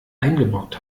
eingebrockt